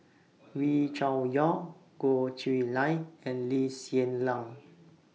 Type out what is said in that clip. Wee Cho Yaw Goh Chiew Lye and Lee Hsien Yang